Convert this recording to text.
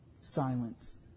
silence